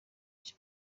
cya